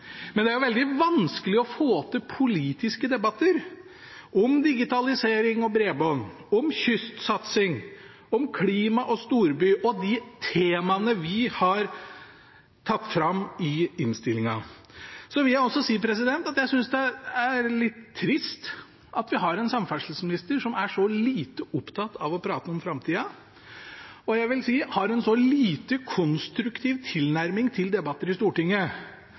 men det har også vært en rar debatt, og det skyldes først og fremst innlegg fra mange av regjeringspartienes representanter, som utelukkende – i hvert fall i veldig stor grad – har snakket om Arbeiderpartiets alternative forslag. Det er veldig vanskelig å få til politiske debatter om digitalisering og bredbånd, om kystsatsing, om klima og storby og om de temaene vi har tatt opp i innstillingen. Så vil jeg også si at jeg synes det er litt trist at vi har en